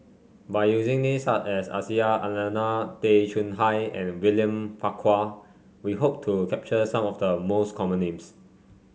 by using names such as Aisyah Lyana Tay Chong Hai and William Farquhar we hope to capture some of the most common names